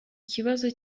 ikibazo